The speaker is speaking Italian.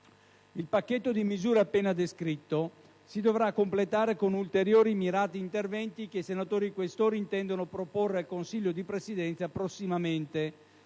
Il pacchetto di misure appena descritto si dovrà completare con ulteriori mirati interventi che i senatori Questori intendono proporre al Consiglio di Presidenza prossimamente,